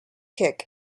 kick